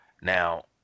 Now